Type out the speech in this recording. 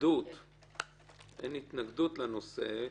התנגדות לנושא,